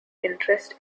interest